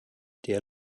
der